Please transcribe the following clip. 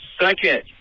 Second